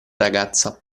ragazza